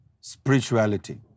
spirituality